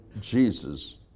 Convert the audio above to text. Jesus